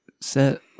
set